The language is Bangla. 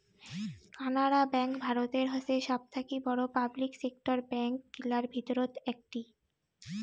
কানাড়া ব্যাঙ্ক ভারতের হসে সবথাকি বড়ো পাবলিক সেক্টর ব্যাঙ্ক গিলার ভিতর একটি